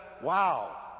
wow